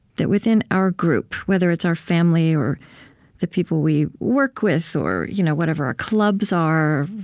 that within our group, whether it's our family, or the people we work with, or you know whatever our clubs are,